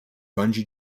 bungee